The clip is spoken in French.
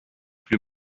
plus